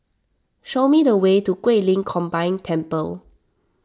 show me the way to Guilin Combined Temple